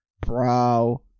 Bro